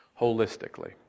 holistically